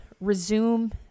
resume